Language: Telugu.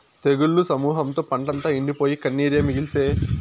తెగుళ్ల సమూహంతో పంటంతా ఎండిపోయి, కన్నీరే మిగిల్సే